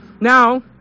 Now